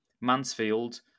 Mansfield